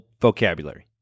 vocabulary